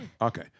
Okay